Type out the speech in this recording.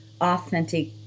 authentic